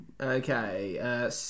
Okay